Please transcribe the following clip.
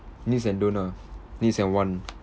needs and don't ah needs and want